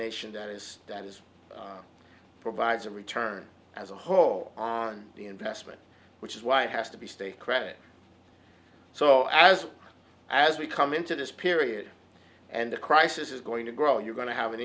nation that is that is provides a return as a whole on the investment which is why it has to be state credit so as as we come into this period and the crisis is going to grow you're going to have an